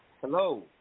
Hello